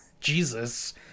Jesus